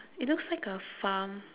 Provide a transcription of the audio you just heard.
it looks like a farm